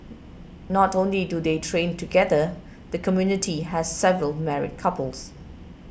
not only do they train together the community has several married couples